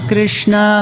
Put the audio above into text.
Krishna